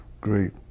great